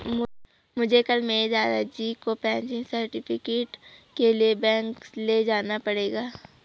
मुझे कल मेरे दादाजी को पेंशन सर्टिफिकेट के लिए बैंक ले जाना पड़ेगा